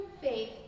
faith